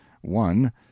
one